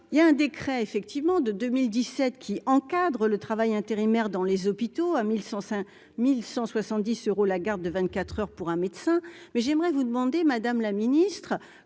il y a un décret effectivement de 2017 qui encadrent le travail intérimaire dans les hôpitaux, à 1100 5170 euros la garde de 24 heures pour un médecin, mais j'aimerais vous demander, Madame la Ministre,